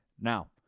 Now